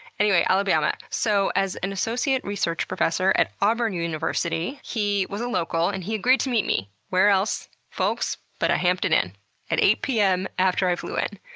anyway alabama. so as an associate research professor at auburn university, he was a local and agreed to meet me, where else folks, but a hampton inn at eight pm after i flew in.